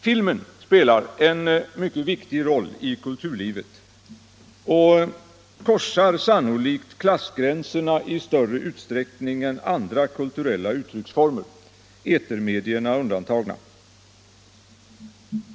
Filmen spelar en mycket viktig roll i kulturlivet och korsar sannolikt klassgränserna i större utsträckning än andra kulturella uttrycksformer, etermedierna undantagna.